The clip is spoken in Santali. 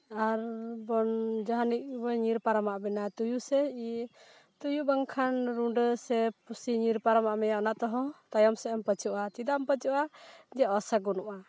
ᱟᱨ ᱵᱚᱱ ᱡᱟᱦᱟᱱᱤᱡ ᱧᱤᱨ ᱯᱟᱨᱚᱢᱟᱫ ᱵᱮᱱᱟ ᱛᱩᱭᱩ ᱥᱮ ᱤᱭᱟᱹ ᱛᱩᱭᱩ ᱵᱟᱝᱠᱷᱟᱱ ᱨᱩᱸᱰᱟᱹ ᱥᱮ ᱯᱩᱥᱤ ᱧᱤᱨ ᱯᱟᱨᱚᱢᱟᱜ ᱢᱮᱭᱟ ᱚᱱᱟ ᱛᱮᱦᱚᱸ ᱛᱟᱭᱚᱢ ᱥᱮᱫ ᱮᱢ ᱯᱟᱹᱪᱚᱜᱼᱟ ᱪᱮᱫᱟᱜ ᱮᱢ ᱯᱟᱹᱪᱚᱜᱼᱟ ᱡᱮ ᱚᱥᱟᱜᱩᱱᱚᱜᱼᱟ